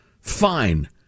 fine